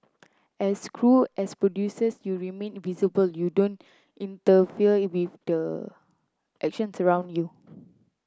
as crew as producers you remain invisible you don't interfere with the actions around you